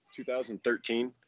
2013